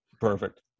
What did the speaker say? Perfect